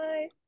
Bye